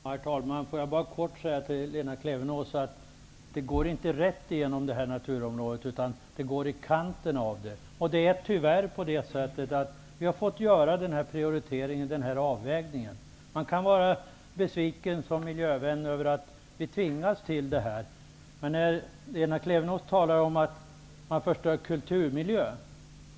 Herr talman! Jag vill bara kort säga till Lena Klevenås att vägen inte går rätt igenom naturområdet utan i kanten. Vi har tyvärr fått göra denna avvägning. Man kan som miljövän vara besviken över att vi tvingas till detta. Lena Klevenås talar om att man förstör kulturmiljö.